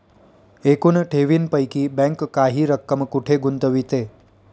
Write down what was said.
एकूण ठेवींपैकी बँक काही रक्कम कुठे गुंतविते?